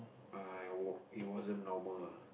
err it w~ it wasn't normal lah